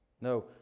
No